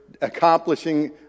Accomplishing